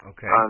Okay